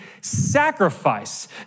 sacrifice